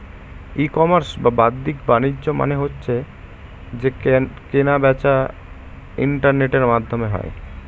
ই commerce বা বাদ্দিক বাণিজ্য মানে হচ্ছে যে কেনা বেচা ইন্টারনেটের মাধ্যমে হয়